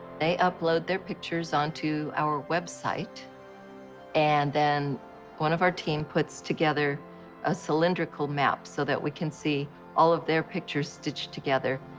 they upload their pictures onto our website and then one of our team puts together a cylindrical map so that we can see all of their pictures stitched together.